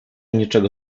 niczego